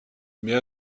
mais